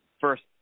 first